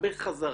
בחזרה,